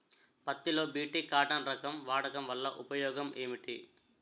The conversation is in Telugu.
పత్తి లో బి.టి కాటన్ రకం వాడకం వల్ల ఉపయోగం ఏమిటి?